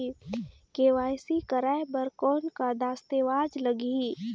KYC कराय बर कौन का दस्तावेज लगही?